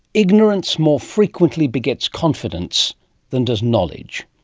ignorance more frequently begets confidence than does knowledge.